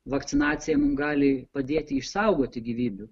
vakcinacija gali padėti išsaugoti gyvybių